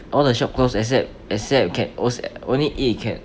all the shop closed except except ca~ als~ only eat can